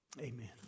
Amen